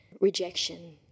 rejection